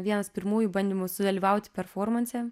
vienas pirmųjų bandymų sudalyvauti performanse